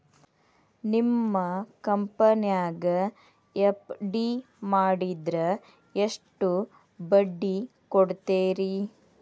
ನಿಮ್ಮ ಕಂಪನ್ಯಾಗ ಎಫ್.ಡಿ ಮಾಡಿದ್ರ ಎಷ್ಟು ಬಡ್ಡಿ ಕೊಡ್ತೇರಿ?